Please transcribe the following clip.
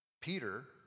Peter